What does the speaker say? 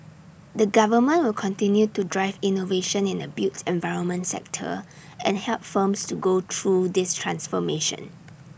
the government will continue to drive innovation in the built environment sector and help firms to go through this transformation